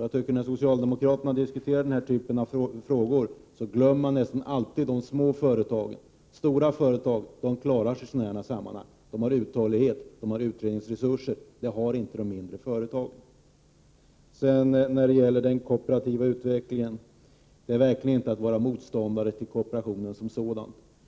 När socialdemokraterna diskuterar dessa frågor glömmer man nästan alltid de små företagen. Stora företag klarar sig i sådana här sammanhang. De har uthållighet och utredningsresurser. Det har inte de mindre företagen. När det sedan gäller den utvecklingen av kooperativen vill jag säga att vår inställning verkligen inte innebär att vi är motståndare till kooperationen som sådan.